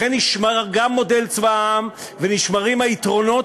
לכן נשמר גם מודל צבא העם ונשמרים היתרונות